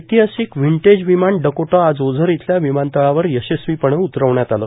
ऐतिहासिक व्हिंटेज विमान डकोटा आज ओझर इथल्या विमानतळावर यशस्वीपणं उतरवण्यात आलं